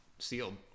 Sealed